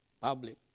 public